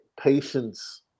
patience